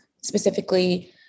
specifically